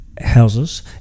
houses